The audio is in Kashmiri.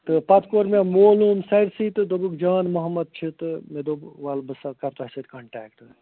تہٕ پَتہٕ کوٚر مےٚ معلوٗم سٲرسٕے تہٕ دوٚپُکھ جان محمد چھُ تہٕ مےٚ دوٚپ وَلہٕ سا بہٕ کَرٕ تۄہہِ سۭتۍ کَنٛٹیکٹہٕ